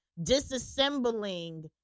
disassembling